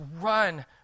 run